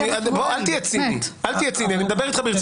קארין, תודה.